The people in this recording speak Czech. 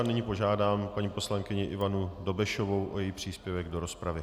Nyní požádám paní poslankyni Ivanu Dobešovou o její příspěvek do rozpravy.